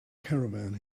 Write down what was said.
caravan